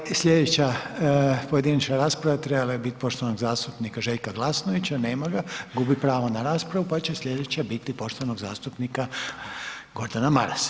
Ovaj, ovaj slijedeća pojedinačna rasprava trebala je biti poštovanog zastupnika Željka Glasnovića, nema ga, gubi pravo na raspravu, pa će slijedeća biti poštovanog zastupnika Gordana Marasa.